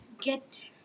get